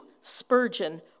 Spurgeon